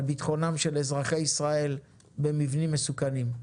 ביטחונם של אזרחי ישראל במבנים מסוכנים.